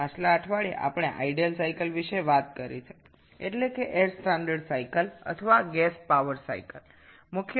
আগের সপ্তাহে আমরা আদর্শ চক্র অর্থাৎ এয়ার স্ট্যান্ডার্ড চক্র বা গ্যাস শক্তিচক্র সম্পর্কে কথা বলেছি